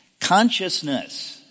Consciousness